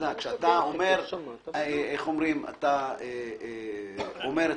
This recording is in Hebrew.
אומר את הדברים,